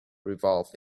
revolved